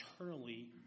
eternally